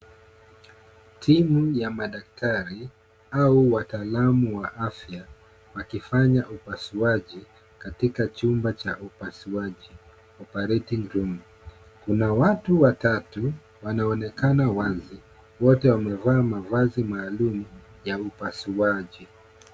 Timu ya madaktari au wataalamu wa afya wakifanya upasuaji katika chumba cha upasuaji, operating room . Kuna watu watatu wanaonekana wazi, wote wamevaa mavazi maalum ya upasuaji.